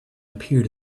appeared